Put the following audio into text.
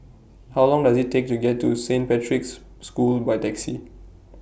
How Long Does IT Take to get to Saint Patrick's School By Taxi